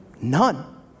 None